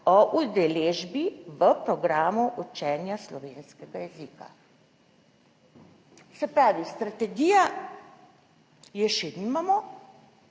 o udeležbi v programu učenja slovenskega jezika. Se pravi, strategija je še nimamo,